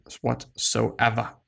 whatsoever